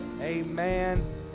Amen